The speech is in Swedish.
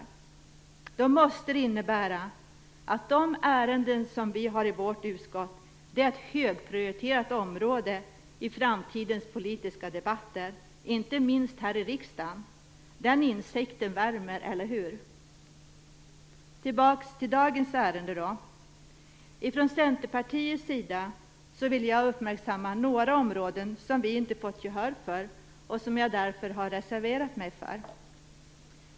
Om vi menar allvar med detta måste det innebära att de ärenden som vi har i vårt utskott är ett högprioriterat område i framtidens politiska debatter, inte minst här i riksdagen. Den insikten värmer, eller hur? Tillbaka till dagens ärende. Från Centerpartiets sida vill jag uppmärksamma några områden där vi inte fått gehör, varför jag har reserverat mig.